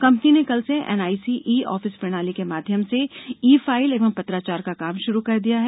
company ने कल से एनआईसी ई ऑफिस प्रणाली के माध्यम से ई फाइल एवं पत्राचार का काम शुरू कर दिया है